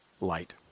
light